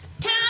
Time